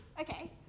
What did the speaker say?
Okay